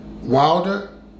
Wilder